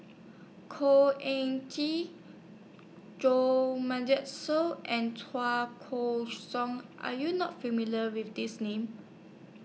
Khor Ean Ghee Jo Marion Seow and Chua Koon Siong Are YOU not familiar with These Names